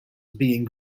being